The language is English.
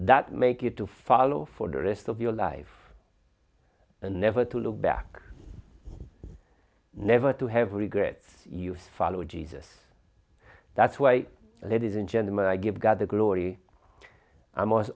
that make you to follow for the rest of your life and never to look back never to have regrets you follow jesus that's why that is and gentlemen i give god the glory i was almost